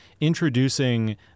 introducing